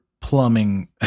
plumbing